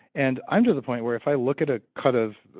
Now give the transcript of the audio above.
and i'm to the point where if i look at a cut of.